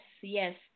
yes